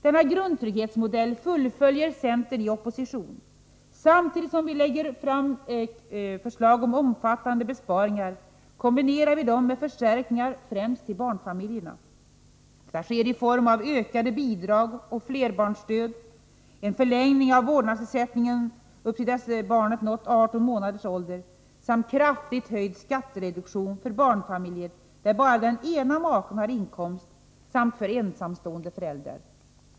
Denna grundtrygghetsmodell fullföljer centern i opposition. Samtidigt som vi lägger fram förslag om omfattande besparingar kombinerar vi dem med förstärkningar främst till barnfamiljerna. Detta sker i form av ökade bidrag och flerbarnsstöd, en förlängning av vårdnadsersättningen upp till dess barnet nått 18 månaders ålder och kraftigt höjd skattereduktion för barnfamiljer där bara den ena maken har inkomst samt för ensamstående föräldrar.